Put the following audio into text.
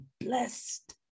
blessed